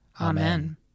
Amen